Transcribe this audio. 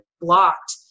blocked